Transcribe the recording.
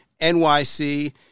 NYC